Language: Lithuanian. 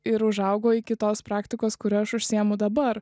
ir užaugo iki tos praktikos kuria aš užsiimu dabar